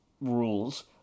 rules